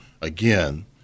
again